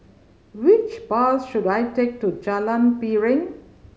which bus should I take to Jalan Piring